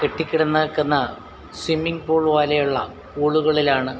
കെട്ടിക്കിടന്നേക്കുന്ന swimming pool പോലെയുള്ള പൂള്കളിലാണ്